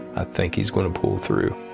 i think he is going to pull through.